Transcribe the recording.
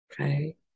okay